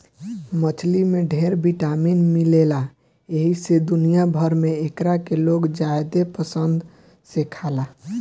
मछली में ढेर विटामिन मिलेला एही से दुनिया भर में एकरा के लोग ज्यादे पसंद से खाला